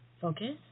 Focus